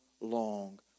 long